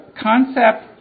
concept